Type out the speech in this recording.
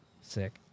Sick